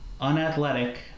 unathletic